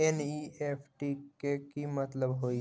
NEFT के कि मतलब होइ?